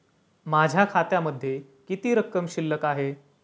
माझ्या खात्यामध्ये किती रक्कम शिल्लक आहे?